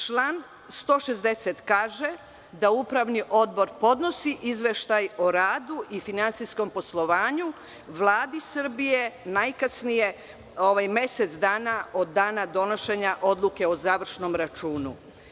Član 160. kaže da upravni odbor podnosi izveštaj o radu i finansijskom poslovanju Vladi Srbije najkasnije mesec dana od dana donošenja odluke o završnom računu.